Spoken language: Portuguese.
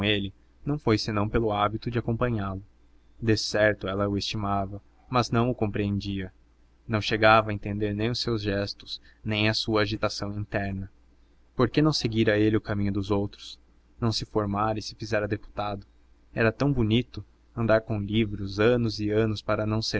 ele não foi senão pelo hábito de acompanhá-lo decerto ela o estimava mas não o compreendia não chegava a entender nem os seus gestos nem a sua agitação interna por que não seguira ele o caminho dos outros não se formara e se fizera deputado era tão bonito andar com livros anos e anos para não